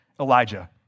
Elijah